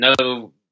no